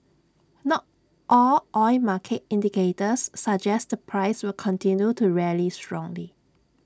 not all oil market indicators suggest the price will continue to rally strongly